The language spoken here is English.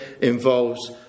involves